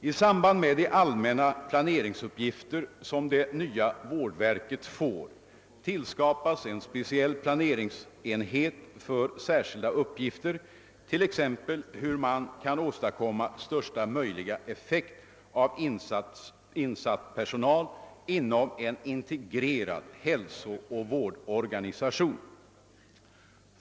I anslutning till de allmänna planeringsuppgifter, som det nya vårdverket erhåller, tillskapas en speciell planeringsenhet för särskilda uppgifter, t.ex. frågan om hur man skall åstadkomma största möjliga effekt av insatt personal inom en integrerad hälsooch vårdorganisation.